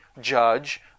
judge